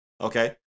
Okay